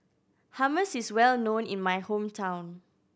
hummus is well known in my hometown